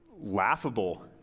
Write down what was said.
laughable